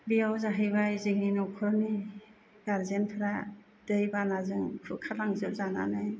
बेयाव जाहैबाय जोंनि नखरनि गारजेनफ्रा दै बानाजों खुरखा लांजोबजानानै